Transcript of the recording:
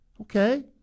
okay